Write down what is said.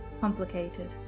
complicated